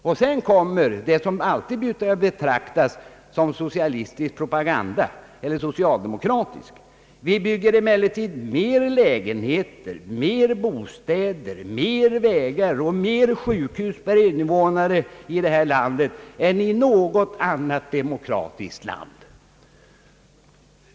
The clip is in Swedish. Vi bygger emellertid mer lägenheter, mer bostäder, mer vägar och mer sjukhus per invånare i det här landet än i något annat demokratiskt land.» Den sista meningen är just ett uttalande av det slag som brukar kallas »socialdemokratisk skrytpropaganda».